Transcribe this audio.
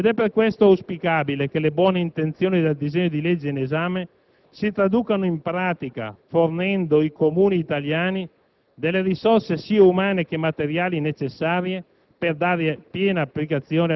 In questo modo sarà possibile evitare tempi morti ed inutili lungaggini. È necessario, inoltre, scongiurare il pericolo che anche questo ennesimo tentativo di sburocratizzazione e semplificazione dell'attività d'impresa